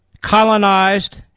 colonized